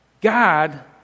God